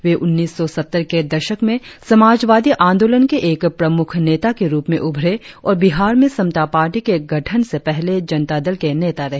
वे उन्नीस सौ सत्तर के दशक में समाजवादी आंदोलन के एक प्रमुख नेता के रुप में उभरे और बिहार में समता पार्टी के गठन से पहले जनता दल के नेता रहे